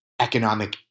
economic